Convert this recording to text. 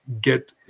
get